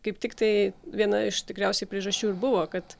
kaip tiktai viena iš tikriausiai priežasčių ir buvo kad